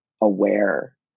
aware